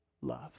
love